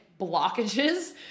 blockages